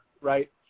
right